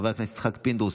חבר הכנסת יצחק פינדרוס,